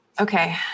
Okay